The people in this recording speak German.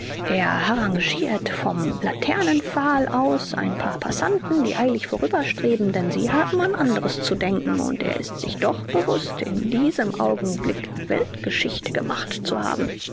er harangiert vom laternenpfahl aus ein paar passanten die eilig vorüberstreben denn sie haben an anderes zu denken und er ist sich doch bewußt in diesem augenblick weltgeschichte gemacht zu haben